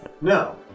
No